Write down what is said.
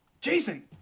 Jason